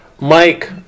Mike